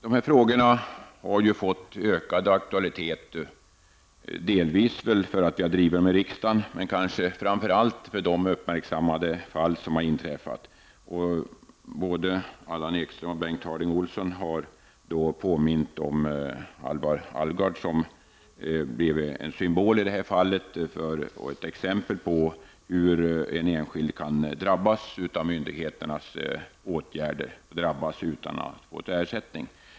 Dessa frågor har fått ökad aktualitet, delvis för att vi har drivit dem här i riksdagen men framför allt till följd av de uppmärksammade fall som har inträffat. Både Allan Ekström och Bengt Harding Olson har påmint om fallet med Halvar Alvgard, en person som har blivit en symbol och ett exempel på hur en enskild person kan drabbas av myndigheternas åtgärder och, som i detta fall, inte få någon ersättning.